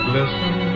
Listen